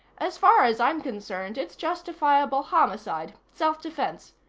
as far as i'm concerned, it's justifiable homicide. self-defense.